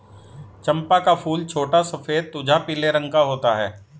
चंपा का फूल छोटा सफेद तुझा पीले रंग का होता है